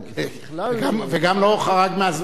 וגם לא חרג מהזמן.